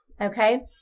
Okay